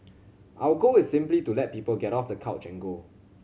our goal is simply to let people get off the couch and go